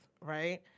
right